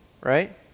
Right